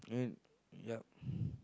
I mean yup